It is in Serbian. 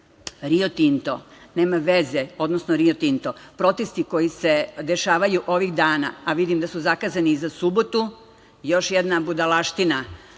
Tinto nema veze, odnosno protesti koji se dešavaju ovih dana, a vidim da su zakazani i za subotu, još jedna budalaština